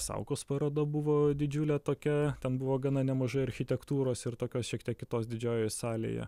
saukos paroda buvo didžiulė tokia ten buvo gana nemažai architektūros ir tokios šiek tiek kitos didžiojoje salėje